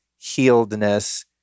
healedness